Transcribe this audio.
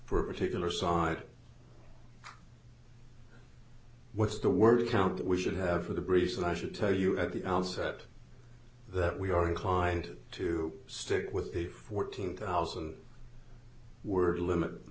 for a tickler side what's the word count that we should have for the breeze and i should tell you at the onset that we are inclined to stick with a fourteen thousand word limit